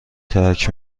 ترک